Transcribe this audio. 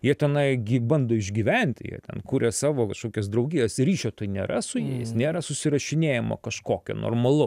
jie tenai gi bando išgyventi jie ten kuria savo kažkokias draugijas ryšio tai nėra su jais nėra susirašinėjimo kažkokio normalau